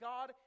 God